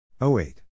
08